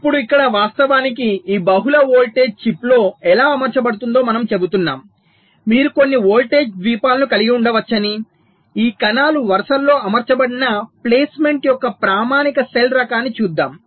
ఇప్పుడుఇక్కడ వాస్తవానికి ఈ బహుళ వోల్టేజ్ చిప్లో ఎలా అమర్చబడుతుందో మనము చెబుతున్నాము మీరు కొన్ని వోల్టేజ్ ద్వీపాలను కలిగి ఉండవచ్చని ఈ కణాలు వరుసలలో అమర్చబడిన ప్లేస్మెంట్ యొక్క ప్రామాణిక సెల్ రకాన్ని చూద్దాం